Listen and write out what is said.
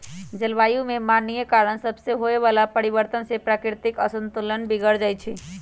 जलवायु में मानवीय कारण सभसे होए वला परिवर्तन से प्राकृतिक असंतुलन बिगर जाइ छइ